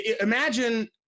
imagine